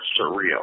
surreal